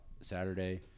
Saturday